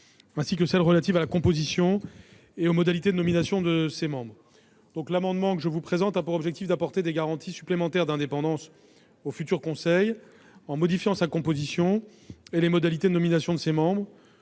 dispositions relatives à la composition et aux modalités de nomination de ses membres. Cet amendement vise à apporter des garanties supplémentaires d'indépendance au futur conseil en modifiant sa composition et les modalités de nomination de ses membres,